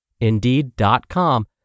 Indeed.com